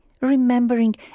remembering